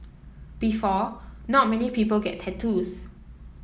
before not many people get tattoos